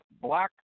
black